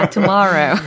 Tomorrow